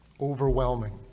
overwhelming